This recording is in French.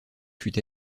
fut